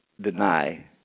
deny